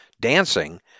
dancing